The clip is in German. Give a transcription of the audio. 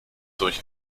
durch